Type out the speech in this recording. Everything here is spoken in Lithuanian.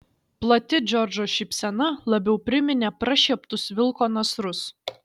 plati džordžo šypsena labiau priminė prašieptus vilko nasrus